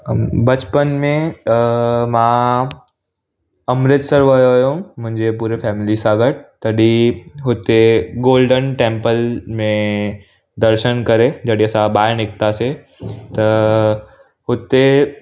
बचपन में अ मां अमृतसर वियो हुयुमि मुंहिंजे पूरी फैमिली सां गॾु तॾहिं हुते गोल्डन टैंपल में दर्शन करे जॾहिं असां ॿाहिरि निकतासीं त हुते